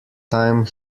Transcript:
time